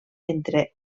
entre